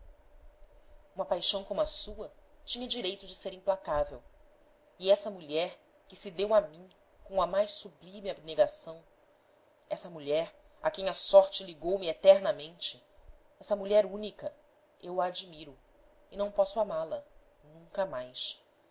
uma paixão como a sua tinha direito de ser implacável e essa mulher que se deu a mim com a mais sublime abnegação essa mulher a quem a sorte ligou me eternamente essa mulher única eu a admiro e não posso amá-la nunca mais